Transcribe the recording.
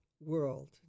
world